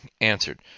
answered